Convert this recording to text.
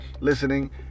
listening